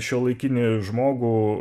šiuolaikinį žmogų